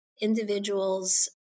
individuals